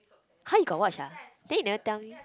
!huh! you got watch ah then you never tell me